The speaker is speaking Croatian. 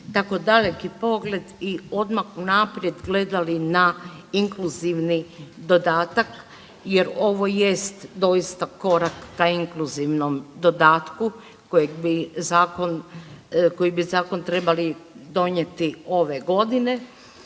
tako daleki pogled i odmah unaprijed gledali na inkluzivni dodatak jer ovo jest doista korak ka inkluzivnom dodatku kojeg bi zakon, koji bi zakon trebali donijeti ove godine